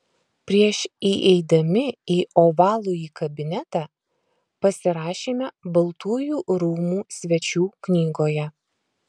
prieš įeidami į ovalųjį kabinetą pasirašėme baltųjų rūmų svečių knygoje